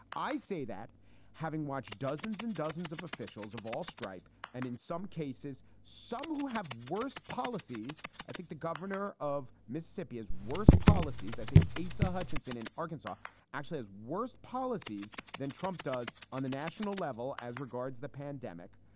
i say that having watched dozens and dozens of officials of all stripe and in some cases some who have worst policies. i think the governor of mississippi has worst policies. i think asa hutchinson in arkansas actually has worst policies than trump does on the national level as regards the pandemic.